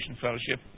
Fellowship